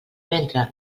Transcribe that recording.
ventre